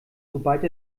sobald